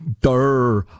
duh